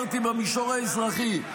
אמרתי במישור האזרחי.